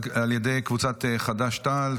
על ידי קבוצת סיעת חד"ש-תע"ל,